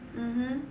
mmhmm